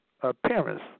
appearance